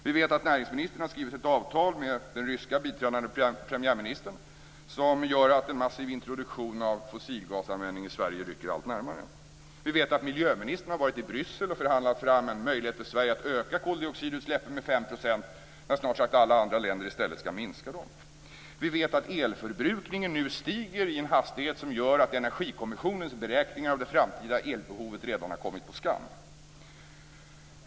Vi vet att näringsministern har skrivit ett avtal med den ryska biträdande premiärministern, som gör att en massiv introduktion av fossilgasanvändning i Sverige rycker allt närmare. Vi vet att miljöministern har varit i Bryssel och förhandlat fram en möjlighet för Sverige att öka koldioxidutsläppen med 5 %, när snart sagt alla andra länder i stället skall minska dem. Vi vet att elförbrukningen nu stiger i en hastighet som gör att Energikommissionens beräkningar av det framtida elbehovet redan har kommit på skam.